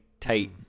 tight